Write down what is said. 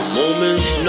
moment's